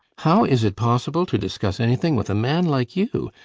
how is it possible to discuss anything with a man like you?